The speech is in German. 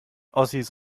ossis